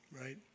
Right